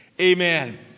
Amen